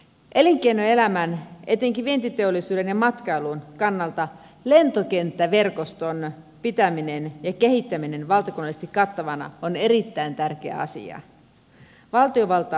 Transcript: elinkeinoelämän etenkin vientiteollisuuden ja matkailun kannalta lentokenttäverkoston pitäminen ja kehittäminen valtakunnallisesti kattavana on erittäin tärkeä asia